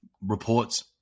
reports